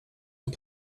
und